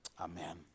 Amen